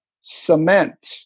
cement